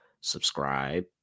subscribe